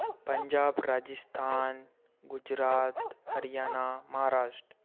Punjab Rajasthan Gujarat Haryana Maharashtra